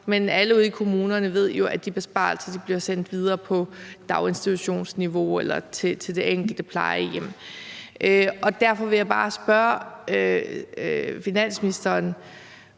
men alle ude i kommunerne ved jo, at de besparelser bliver sendt videre ud på daginstitutionsniveau eller til det enkelte plejehjem. Derfor vil jeg bare spørge finansministeren,